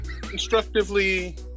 Constructively